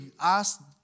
ask